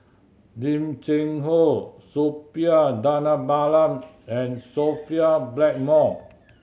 Lim Cheng Hoe Suppiah Dhanabalan and Sophia Blackmore